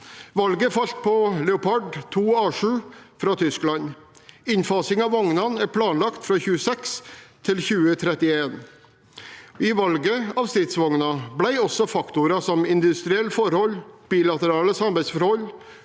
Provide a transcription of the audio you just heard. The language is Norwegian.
Valget falt på Leopard 2A7, fra Tyskland. Innfasing av vognene er planlagt fra 2026 til 2031. I valget av stridsvogner ble også faktorer som industrielle forhold, bilaterale samarbeidsforhold,